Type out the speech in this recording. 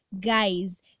guys